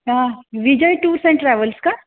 हां Vijay tours and travels का